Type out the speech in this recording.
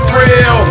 real